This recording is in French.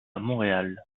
montréal